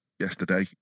yesterday